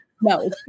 no